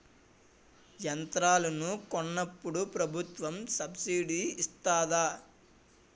యంత్రాలను కొన్నప్పుడు ప్రభుత్వం సబ్ స్సిడీ ఇస్తాధా?